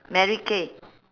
mary kay